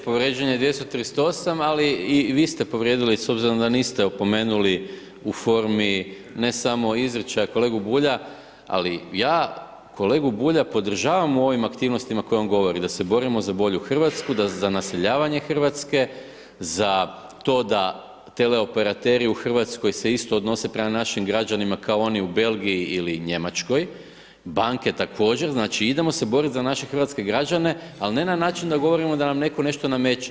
Povrijeđen je 238. ali i vi ste povrijedili s obzirom da niste opomenuli u formi ne samo izričaj kolegu Bulja, ali ja kolegu Bulja podržavam u ovim aktivnostima koje on govori, da se borimo za bolju Hrvatsku, za naseljavanje Hrvatske, za to da teleoperateri se u Hrvatskoj isto odnose prema našim građanima kao oni u Belgiji ili Njemačkoj, banke također, znači idemo se boriti za naše hrvatske građane, ali ne na način da govorimo da netko nešto nameće.